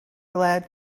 glad